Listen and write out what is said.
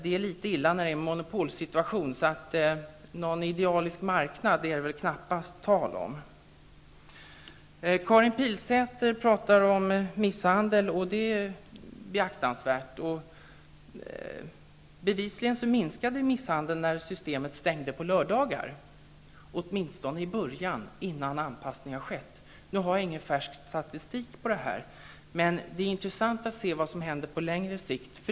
Det är litet illa när det råder en monopolsituation. Någon idealisk marknad är det väl knappast tal om. Karin Pilsäter pratar om misshandel, och det är beaktansvärt. Bevisligen minskade misshandeln när systemet stängde på lördagar, åtminstone i början, innan anpassningen skett. Nu har jag ingen färsk statistik på detta, men det är intressant att se vad som händer på längre sikt.